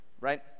right